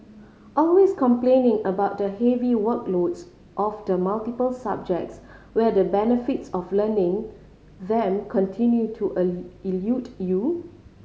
always complaining about the heavy workloads of the multiple subjects where the benefits of learning them continue to elude you